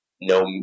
no